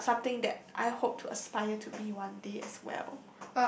uh something that I hope to aspire to be one day as well